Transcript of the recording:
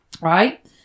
Right